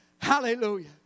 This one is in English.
Hallelujah